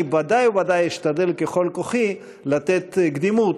אני ודאי וודאי אשתדל ככל כוחי לתת קדימות